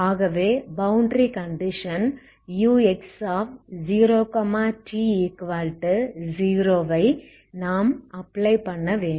ஆகவே boundary condition ux0t0 ஐ நாம் அப்ளை பண்ணவேண்டும்